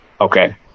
Okay